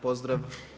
Pozdrav.